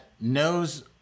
knows